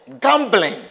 gambling